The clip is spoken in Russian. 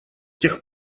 тех